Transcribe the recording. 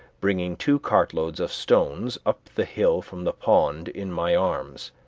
bringing two cartloads of stones up the hill from the pond in my arms.